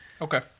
Okay